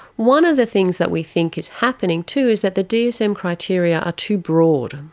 one of the things that we think is happening too is that the dsm criteria are too broad.